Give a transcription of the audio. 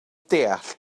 deall